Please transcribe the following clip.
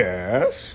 Yes